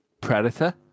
predator